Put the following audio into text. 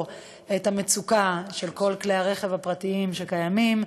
את המצוקה של כל כלי הרכב הפרטיים שקיימים,